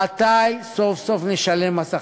מתי סוף-סוף נשלם מס הכנסה?